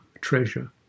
treasure